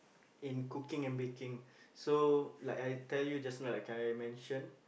in cooking and baking so like I tell you just now like I mention